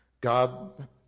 God